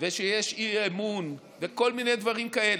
ושיש אי-אמון וכל מיני דברים כאלה.